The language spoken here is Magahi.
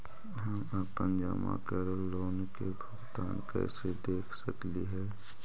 हम अपन जमा करल लोन के भुगतान कैसे देख सकली हे?